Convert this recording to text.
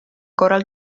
korral